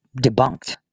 debunked